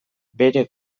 bere